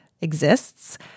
exists—